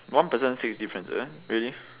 one person six differences really